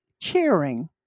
cheering